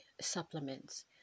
supplements